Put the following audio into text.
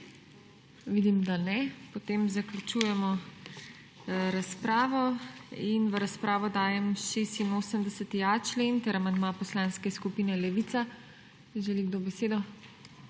Vidim, da ne. Potem zaključujemo razpravo. V razpravo dajem 86.a člen ter amandma Poslanske skupine Levica. Želi kdo besedo?